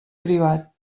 privat